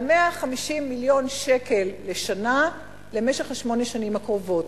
על 150 מיליון שקל לשנה למשך שמונה השנים הקרובות.